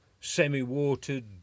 semi-watered